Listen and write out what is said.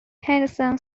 henderson